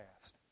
past